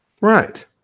Right